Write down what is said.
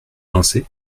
danser